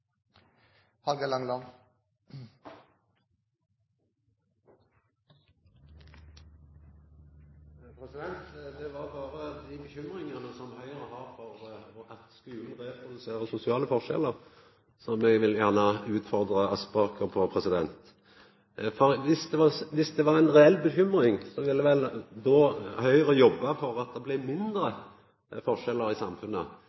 blir replikkordskifte. Det var berre den uroa som Høgre har for at skulen reproduserer sosiale forskjellar, eg gjerne ville utfordra Aspaker på. Om det var ei reell uro, ville vel Høgre ha jobba for at det blei mindre forskjellar i samfunnet